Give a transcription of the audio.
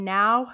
now